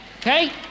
Okay